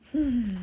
hmm